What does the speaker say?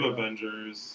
Avengers